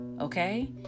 okay